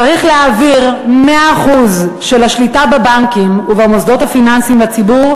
צריך להעביר 100% של השליטה בבנקים ובמוסדות הפיננסיים לציבור,